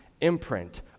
imprint